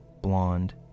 blonde